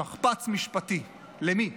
שכפ"ץ משפטי, למי?